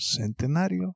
Centenario